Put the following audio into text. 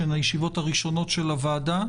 שהן הישיבות הראשונות של הוועדה,